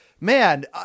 man